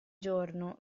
giorno